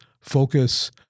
focus